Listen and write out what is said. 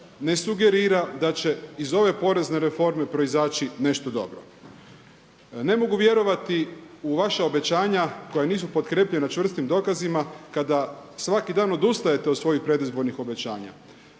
ne sugerira da će iz ove porezne reforme proizaći nešto dobro. Ne mogu vjerovati u vaša obećanja koja nisu potkrijepljena čvrstim dokazima kada svaki dan odustajete od svojih predizbornih obećanja.